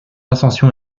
ascension